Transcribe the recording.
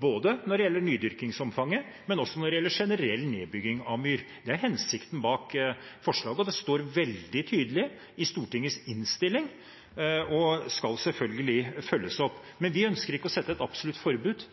både når det gjelder nydyrkingsomfanget, og også når det gjelder generell nedbygging av myr. Det er hensikten bak forslaget, og det står veldig tydelig i Stortingets innstilling og skal selvfølgelig følges opp. Men vi ønsker ikke å sette et absolutt forbud